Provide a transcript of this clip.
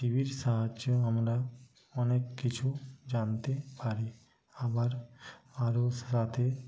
টি ভির সাহায্যেও আমরা অনেক কিছু জানতে পারি আবার আর ওর সাথে